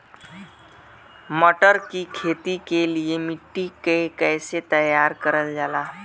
मटर की खेती के लिए मिट्टी के कैसे तैयार करल जाला?